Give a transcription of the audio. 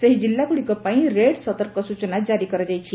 ସେହି ଜିଲ୍ଲାଗୁଡ଼ିକ ପାଇଁ ରେଡ୍ ସତର୍କ ସୂଚନା ଜାରି କରାଯାଇଛି